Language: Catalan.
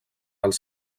als